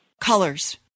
Colors